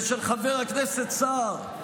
ושל חבר הכנסת סער,